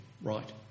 Right